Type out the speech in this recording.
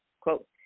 quote